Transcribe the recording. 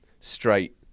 straight